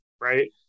right